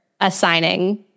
assigning